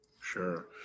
Sure